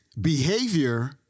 behavior